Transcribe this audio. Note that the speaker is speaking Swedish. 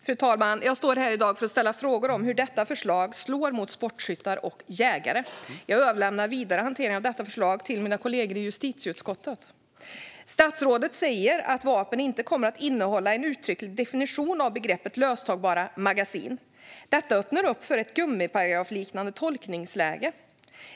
Fru talman! Jag står här i dag för att ställa frågor om hur detta förslag slår mot sportskyttar och jägare. Jag överlämnar vidare hantering av detta förslag till mina kollegor i justitieutskottet. Statsrådet säger att lagen inte kommer att innehålla en uttrycklig definition av begreppet löstagbara magasin. Detta öppnar för ett gummiparagrafliknande tolkningsläge.